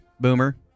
Boomer